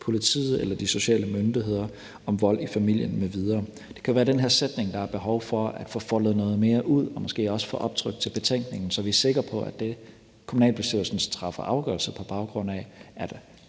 politiet eller de sociale myndigheder om vold i familien mv.« Det kan være, at det er den sætning, der er behov for at få foldet lidt mere ud og måske også få optrykt til betænkningen, så vi er sikre på, at det, kommunalbestyrelsen træffer afgørelse på baggrund af, er et